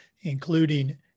including